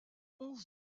onze